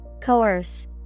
Coerce